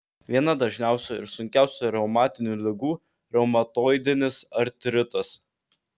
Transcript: viena dažniausių ir sunkiausių reumatinių ligų reumatoidinis artritas